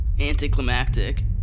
anticlimactic